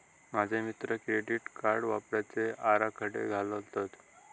माझे मित्र credit card वापरुचे आराखडे घालतत